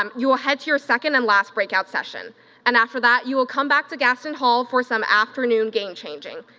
um you will head to your second and last breakout session and after that, you will come back to gaston hall for some afternoon game changing.